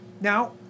Now